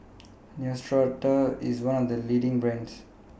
Neostrata IS one of The leading brands